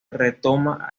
retoma